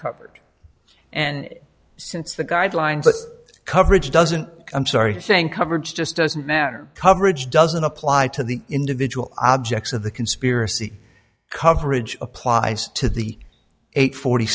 covered and since the guidelines of coverage doesn't i'm sorry saying coverage just doesn't matter coverage doesn't apply to the individual objects of the conspiracy coverage applies to the eight